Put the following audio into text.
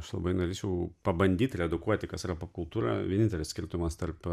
aš labai norėčiau pabandyt redukuoti kas yra popkultūra vienintelis skirtumas tarp